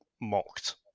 mocked